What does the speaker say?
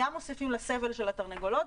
גם מוסיפים לסבל של התרנגולות,